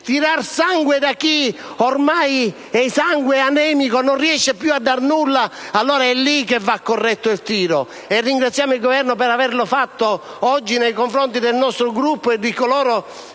tirar sangue da chi ormai è esangue, anemico e non riesce più a dare nulla, allora è lì che va corretto il tiro. Ringraziamo il Governo per averlo fatto oggi nei confronti del nostro Gruppo e degli